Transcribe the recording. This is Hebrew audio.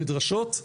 מדרשות,